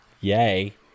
Yay